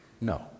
No